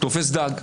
תופס דג.